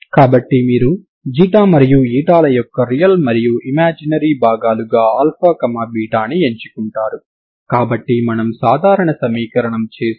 ఇది p కావచ్చు మరియు ఇది అన్ని సమయాలలో మారుతూ ఉండవచ్చు లేదా p ఆసిలేటరీ ఫంక్షన్ కావచ్చు సరేనా